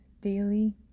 daily